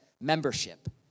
membership